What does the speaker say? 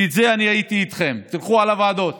ובזה אני הייתי איתכם: תלכו על הוועדות,